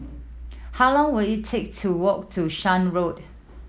how long will it take to walk to Shan Road